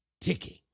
ticking